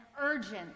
urgent